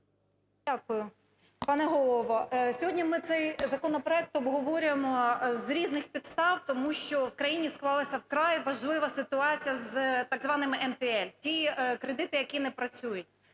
Дякую. Пане Голово, сьогодні ми цей законопроект обговорюємо з різних підстав, тому що в країні склалася вкрай важлива ситуація з так званими NРL, ті кредити, які не працюють.